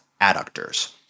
adductors